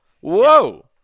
Whoa